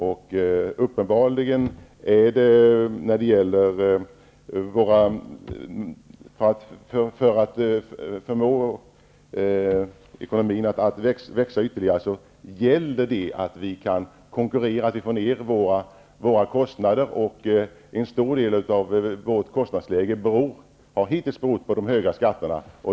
För att vi skall kunna förmå ekonomin att växa ytterligare gäller det att vi kan konkurrera, att vi kan få ned våra kostnader. En stor del av vårt kostnadsläge har hittills berott på de höga skatterna.